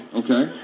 okay